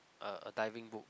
a a diving book